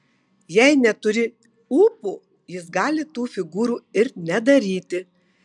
jei neturi ūpo jis gali tų figūrų ir nedaryti